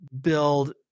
build